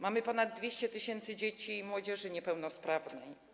Mamy ponad 200 tys. dzieci i młodzieży niepełnosprawnych.